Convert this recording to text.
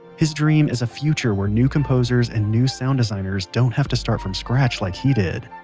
his dream is a future where new composers and new sound designers don't have to start from scratch like he did